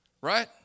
Right